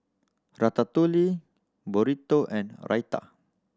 Ratatouille Burrito and Raita